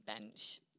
bench